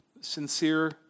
sincere